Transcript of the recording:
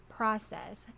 process